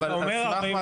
אתה אומר 47